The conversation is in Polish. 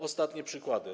Ostatnie przykłady.